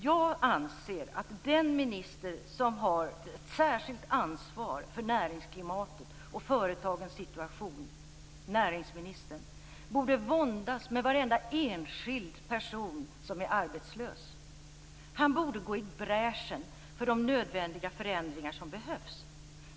Jag anser att den minister som har ett särskilt ansvar för näringsklimatet och företagens situation - näringsministern - borde våndas med varje enskild person som är arbetslös. Han borde gå i bräschen för de förändringar som behövs.